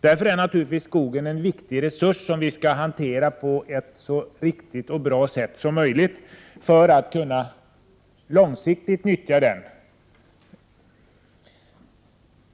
Därför är skogen en viktig resurs, som vi skall hantera på ett så riktigt och bra sätt som möjligt för att långsiktigt kunna nyttja den.